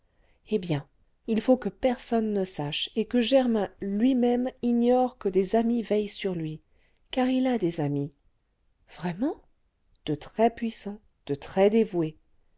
eh bien il faut que personne ne sache et que germain lui-même ignore que des amis veillent sur lui car il a des amis vraiment de très puissants de